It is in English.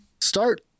start